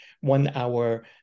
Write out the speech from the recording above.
one-hour